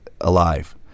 alive